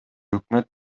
өкмөт